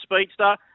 speedster